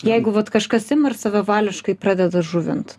jeigu vat kažkas ima ir savavališkai pradeda žuvint